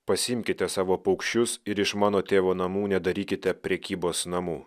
pasiimkite savo paukščius ir iš mano tėvo namų nedarykite prekybos namų